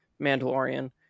Mandalorian